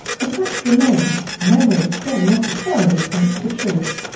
the fact remains memories don't necessarily point to the truth.